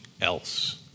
else